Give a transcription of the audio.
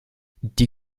die